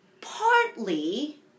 partly